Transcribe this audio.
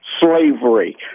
slavery